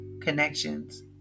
connections